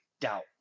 doubt